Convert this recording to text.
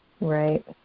Right